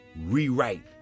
rewrite